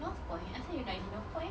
northpoint asal you nak gi northpoint eh